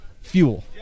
fuel